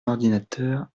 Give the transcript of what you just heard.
ordinateur